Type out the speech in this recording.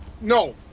No